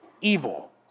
evil